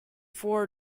for